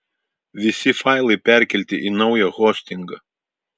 visi failai perkelti į naują hostingą